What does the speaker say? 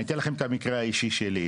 אני אתן לכם את המקרה האישי שלי,